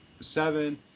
Seven